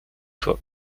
toi